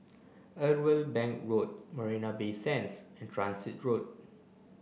Irwell Bank Road Marina Bay Sands and Transit Road